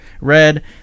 red